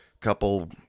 couple